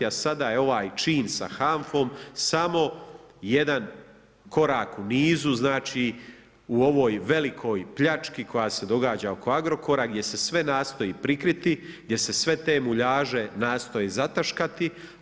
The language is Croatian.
A sada je ovaj čin sa HANFA-om samo jedan korak u nizu, znači u ovoj velikoj pljački koja se događa oko Agrokora gdje se sve nastoji prikriti, gdje se sve te muljaže nastoji zataškati.